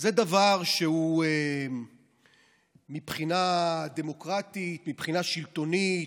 זה דבר שמבחינה דמוקרטית, מבחינה שלטונית,